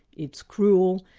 it's cruel,